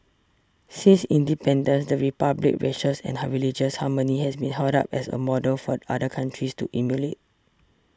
since independence the Republic's racials and religious harmony has been held up as a model for other countries to emulate